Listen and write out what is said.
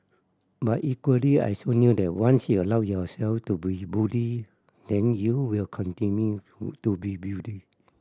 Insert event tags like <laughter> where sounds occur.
but equally I so knew that once you allow yourself to be bullied then you will continue to be <unintelligible>